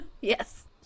yes